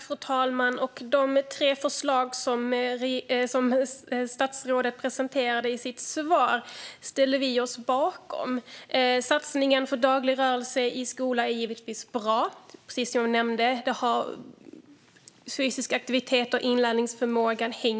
Fru talman! De tre förslag som statsrådet presenterade i sitt svar ställer vi oss bakom. Satsningen på daglig rörelse i skolan är givetvis bra. Som jag nämnde hänger fysisk aktivitet och inlärningsförmåga ihop.